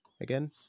again